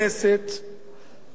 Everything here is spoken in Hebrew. לצ'פר אותם,